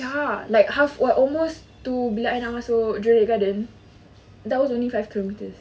ya like half what almost to bila I nak masuk jurong lake garden that was only five kilometres